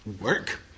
work